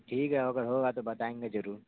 ٹھیک ہے اگر ہوگا تو بتائیں گے ضرور